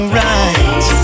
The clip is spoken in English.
right